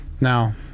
Now